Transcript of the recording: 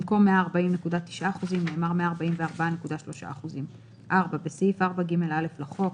במקום "140.9%" נאמר "144.3%"; בסעיף 4ג(א) לחוק,